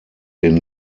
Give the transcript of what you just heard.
den